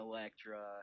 Electra